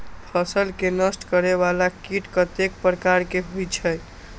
फसल के नष्ट करें वाला कीट कतेक प्रकार के होई छै?